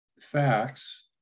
facts